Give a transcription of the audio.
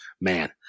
man